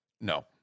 No